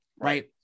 Right